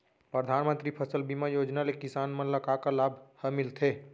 परधानमंतरी फसल बीमा योजना ले किसान मन ला का का लाभ ह मिलथे?